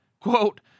quote